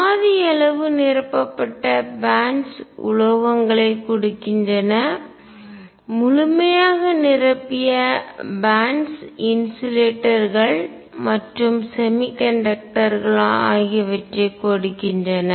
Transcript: பாதிஅரை அளவு நிரப்பப்பட்ட பேன்ட்ஸ் பட்டைகள் உலோகங்களை கொடுக்கின்றன முழுமையாக நிரப்பிய பேன்ட்ஸ் பட்டைகள் இன்சுலேட்டர்ஸ்கள் மற்றும் செமிகண்டக்டர்கள் குறைக்கடத்தி ஆகியவற்றைக் கொடுக்கின்றன